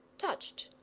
touched,